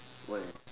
why